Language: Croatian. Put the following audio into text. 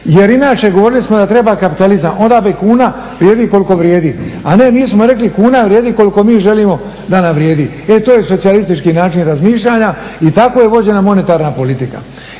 jer inače govorili smo da treba kapitalizam onda bi kuna vrijedi koliko vrijedi, a ne mi smo rekli kuna vrijedi koliko mi želimo da nam vrijedi. E to je socijalistički način razmišljanja i tako je vođena monetarna politika.